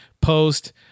Post